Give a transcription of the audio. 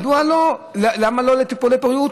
למה לא לטיפולי פוריות?